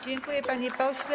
Dziękuję, panie pośle.